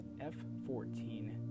F-14